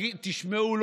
תשמעו,